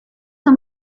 con